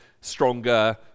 stronger